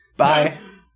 bye